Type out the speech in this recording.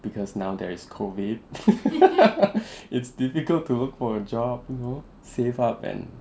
because now there is COVID it's difficult to look for a job you know save up and